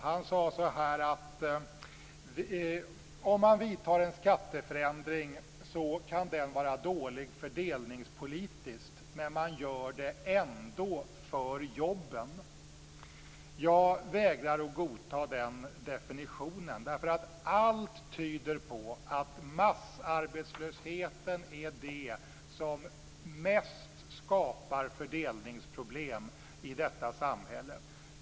Han sade: Om man vidtar en skatteförändring så kan den vara dålig fördelningspolitiskt, men man gör den ändå, för jobben. Jag vägrar att godta den definitionen, därför att allt tyder på att massarbetslösheten är det som mest skapar fördelningsproblem i detta samhälle.